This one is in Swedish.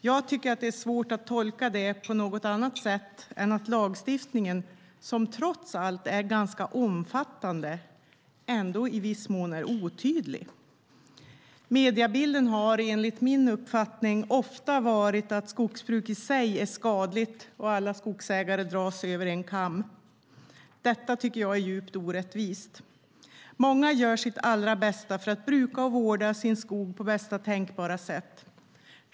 Jag tycker att det är svårt att tolka det på ett annat sätt än som att lagstiftningen, som trots allt är ganska omfattande, ändå i viss mån är otydlig. Mediebilden har enligt min uppfattning ofta varit att skogsbruk i sig är skadligt, och alla skogsägare dras över en kam. Detta är djupt orättvist. Många gör sitt allra bästa för att bruka och vårda sin skog på bästa tänkbara sätt.